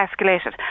escalated